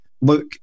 Look